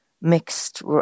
mixed